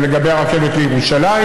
לגבי הרכבת לירושלים.